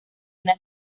una